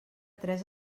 tres